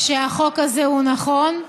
שהחוק הזה הוא נכון,